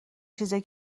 چیزای